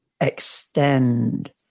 extend